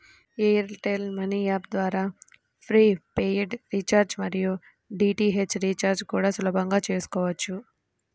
air tell money app ద్వారా prepaid recharge మరియు DTH recharge కూడా సులభంగా చేసుకోవచ్చు